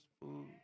food